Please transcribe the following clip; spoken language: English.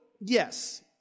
yes